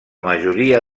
majoria